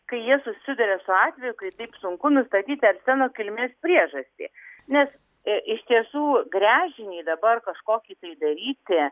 kai jie susiduria su atveju kai taip sunku nustatyti arseno kilmės priežastį nes iš tiesų gręžinį dabar kažkokį tai daryti